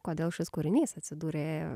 kodėl šis kūrinys atsidūrė